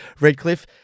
Redcliffe